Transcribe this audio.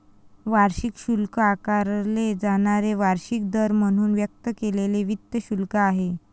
वार्षिक शुल्क आकारले जाणारे वार्षिक दर म्हणून व्यक्त केलेले वित्त शुल्क आहे